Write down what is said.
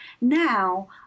now